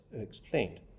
explained